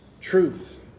truth